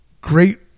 great